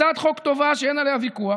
הצעה טובה שאין עליה ויכוח,